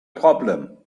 problem